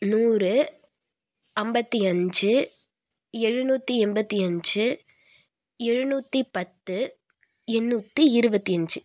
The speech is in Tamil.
நூறு அம்பத்து அஞ்சு எழுநூற்றி எண்பத்தி அஞ்சு எழுநூற்றி பத்து எண்ணூற்றி இருபத்தி அஞ்சு